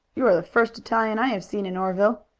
you are the first italian i have seen in oreville.